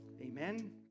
amen